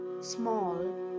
small